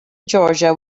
georgia